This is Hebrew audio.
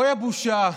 אוי הבושה,